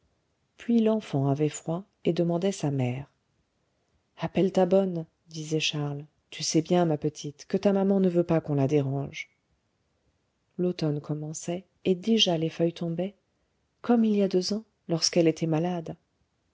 puis l'enfant avait froid et demandait sa mère appelle ta bonne disait charles tu sais bien ma petite que ta maman ne veut pas qu'on la dérange l'automne commençait et déjà les feuilles tombaient comme il y a deux ans lorsqu'elle était malade